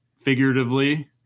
figuratively